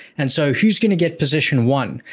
and so, who's going to get positioned one?